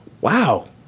Wow